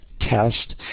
test